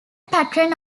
patron